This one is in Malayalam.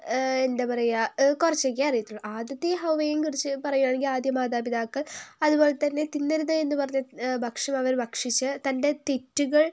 എന്താ പറയുക കുറച്ചൊക്കെയേ അറിയത്തുള്ളൂ ആദത്തെയും ഹവ്വയേയും കുറിച്ച് പറയുകയാണെങ്കിൽ ആദ്യ മാതാപിതാക്കൾ അതുപോലെത്തന്നെ തിന്നരുത് എന്ന് പറഞ്ഞ ഭക്ഷണം അവർ ഭക്ഷിച്ച് തൻ്റെ തെറ്റുകൾ